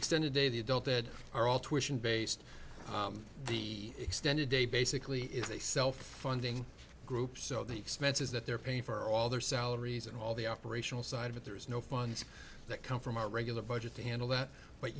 extended day the adult that are all twitching based on the extended day basically is a self funding group so the expenses that they're paying for all their salaries and all the operational side of it there is no funds that come from our regular budget to handle that but